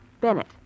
Bennett